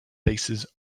faces